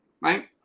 Right